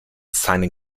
seinen